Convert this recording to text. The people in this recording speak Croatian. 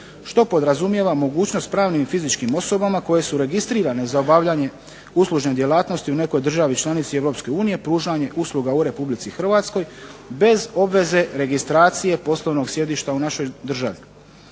što podrazumijeva mogućnost pravnim i fizičkim osobama koje su registrirane za obavljanje uslužne djelatnosti u nekoj državi članici Europske unije pružanje usluga u Republici Hrvatskoj bez obveze registracije poslovnog sjedišta u našoj državi.